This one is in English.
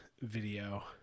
video